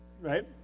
right